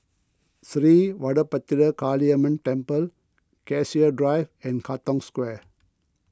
Sri Vadapathira Kaliamman Temple Cassia Drive and Katong Square